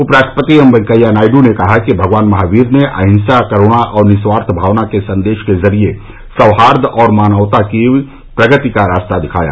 उपराष्ट्रपति एम वेंकैया नायडू ने कहा कि भगवान महावीर ने अहिंसा करूणा और निस्वार्थ भावना के संदेशों के जरिए सौहार्द और मानवता की प्रगति का रास्ता दिखाया